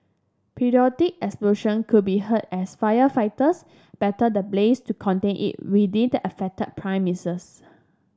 periodic explosion could be heard as firefighters battle the blaze to contain it within the affected premises